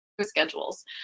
schedules